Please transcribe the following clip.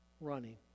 running